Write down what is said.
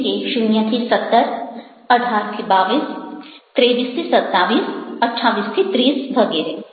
જેમકે 0 17 18 22 23 27 28 30 વગેરે